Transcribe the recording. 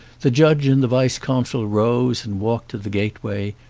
the judge and the vice consul rose and walked to the gateway,